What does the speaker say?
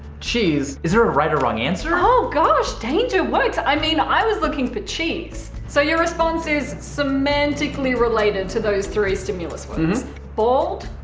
cheese. is there a right or wrong answer? oh, gosh, danger works. i mean, i was looking for cheese. so your response is semantically related to those three stimulus words. bald,